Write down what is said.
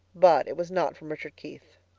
but it was not from richard keith.